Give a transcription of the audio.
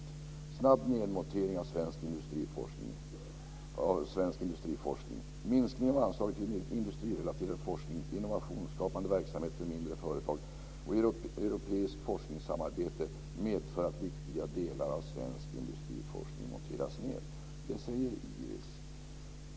Där skriver man under rubriken Snabb nedmontering av svensk industriforskning: "Minskningen av anslagen till industrirelaterad forskning, innovationsskapande verksamhet för mindre företag och europeiskt forskningssamarbete medför att viktiga delar av svensk industriforskning monteras ned." Detta säger alltså IRIS.